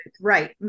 right